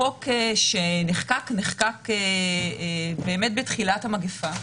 החוק שנחקק, נחקק בתחילת המגיפה,